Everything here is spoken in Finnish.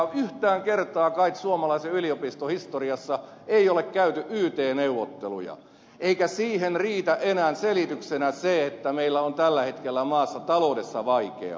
yhtään kertaa kait suomalaisen yliopiston historiassa ei ole käyty yt neuvotteluja eikä siihen riitä enää selityksenä se että meillä on tällä hetkellä maassa taloudessa vaikeaa